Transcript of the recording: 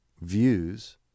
views